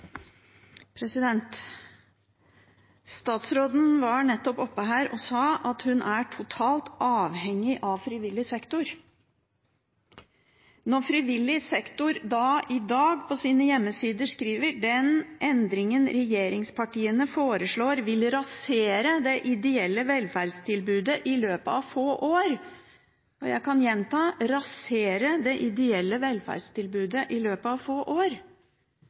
Statsråden var nettopp oppe her og sa at hun er totalt avhengig av frivillig sektor. Når Frivillighet Norge på sine hjemmesider i dag skriver: «Den endringen regjeringspartiene foreslår vil rasere det ideelle velferdstilbudet i løpet av få år.» – jeg kan gjenta: «rasere det ideelle velferdstilbudet i løpet av få år»